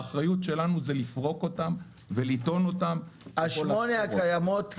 האחריות שלנו היא לפרוק אותן ולטעון אותן --- שמונה הקיימות,